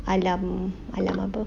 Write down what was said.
alam alam apa